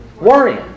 Worrying